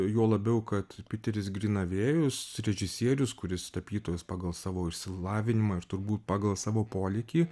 juo labiau kad piteris grynavėjus režisierius kuris tapytojas pagal savo išsilavinimą ir turbūt pagal savo polėkį